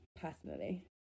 personally